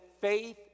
faith